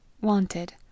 Wanted